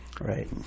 Right